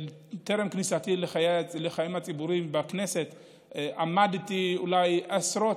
טרם כניסתי לחיים הציבוריים בכנסת עמדתי עשרות